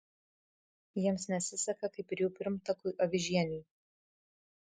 jiems nesiseka kaip ir jų pirmtakui avižieniui